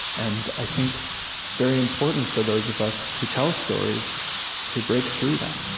and i think it's very important for those of us who tell stories to break through that